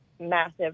massive